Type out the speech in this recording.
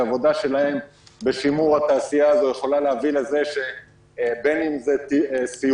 שהעבודה שלהם בשימור התעשייה הזאת יכולה להביא לכך שהן סיורים